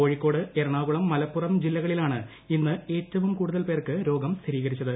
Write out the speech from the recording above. കോഴിക്കോട് എറണാകുളം മലപ്പുറം ജില്ലകളിലാണ് ഇന്ന് ഏറ്റവും കൂടുതൽ പേർക്ക് രോഗം സ്ഥിരീകരിച്ചത്